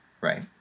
right